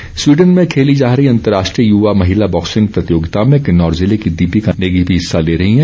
boxer Sweden में खेली जा रही अंतर्राष्ट्रीय युवा महिला बॉक्सिंग प्रतियोगिता में किन्नौर जिले की दीपिका नेगी भी हिस्सा ले रही हैं